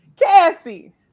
Cassie